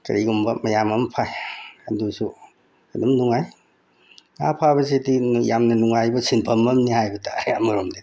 ꯀꯔꯤꯒꯨꯝꯕ ꯃꯌꯥꯝ ꯑꯃ ꯐꯥꯏ ꯑꯗꯨꯁꯨ ꯑꯗꯨꯝ ꯅꯨꯡꯉꯥꯏ ꯉꯥ ꯐꯥꯕꯁꯤꯗꯤ ꯌꯥꯝꯅ ꯅꯨꯡꯉꯥꯏꯕ ꯁꯤꯟꯐꯝ ꯑꯃꯅꯤ ꯍꯥꯏꯕ ꯇꯥꯔꯦ ꯑꯃꯔꯣꯝꯗꯗꯤ